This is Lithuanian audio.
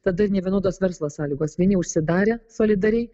tada ir nevienodos verslo sąlygos vieni užsidarę solidariai